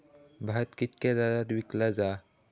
भात कित्क्या दरात विकला जा?